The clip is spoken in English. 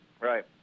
right